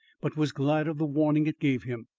but was glad of the warning it gave him.